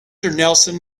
nelson